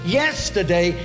yesterday